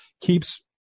keeps